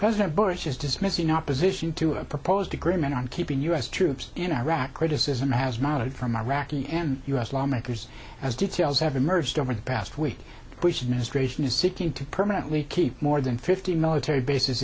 president bush is dismissing opposition to a proposed agreement on keeping u s troops in iraq criticism has mounted from iraqi and u s lawmakers as details have emerged over the past week bush administration is seeking to permanently keep more than fifty military bases